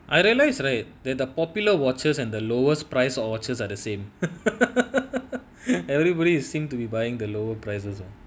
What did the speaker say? I realise right that the popular watches and the lowest price watches are the same everybody seemed to be buying the lower prices